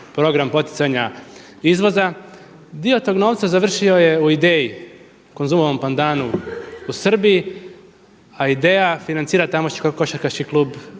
program poticanja izvoza. Dio tog novca završio je u IDEA-i Konzumovom pandanu u Srbiji, a IDEA financira tamošnji košarkaški klub